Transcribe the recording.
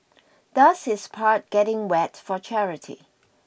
does his part getting wet for charity